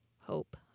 hope